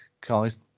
guys